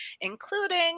including